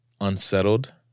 unsettled